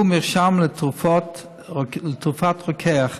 והוא מרשם לתרופת רוקח.